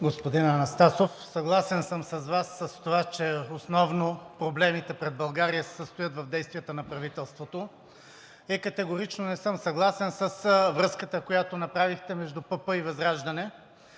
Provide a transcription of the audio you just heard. Господин Анастасов, съгласен съм с Вас, че основно проблемите пред България се състоят в действията на правителството и категорично не съм съгласен с връзката, която направихте между ПП и ВЪЗРАЖДАНЕ.